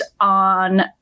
on